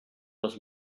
was